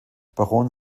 baron